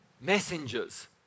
messengers